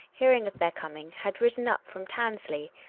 hearing of their coming, had ridden up from tansley,